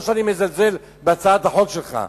לא שאני מזלזל בהצעת החוק שלך,